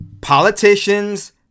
politicians